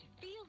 Feel